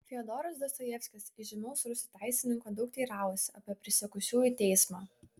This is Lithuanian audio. fiodoras dostojevskis įžymaus rusų teisininko daug teiravosi apie prisiekusiųjų teismą